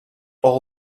all